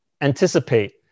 anticipate